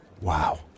Wow